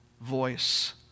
voice